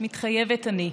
מתחייבת אני.